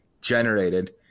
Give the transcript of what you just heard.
generated